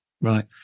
Right